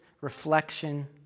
reflection